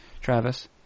Travis